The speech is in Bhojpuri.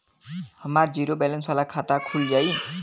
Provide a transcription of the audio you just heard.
हमार जीरो बैलेंस वाला खाता खुल जाई?